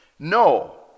No